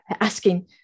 asking